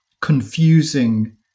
confusing